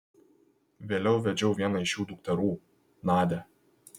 vėliau vedžiau vieną iš jų dukterų nadią